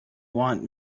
want